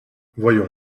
voyons